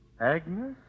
Agnes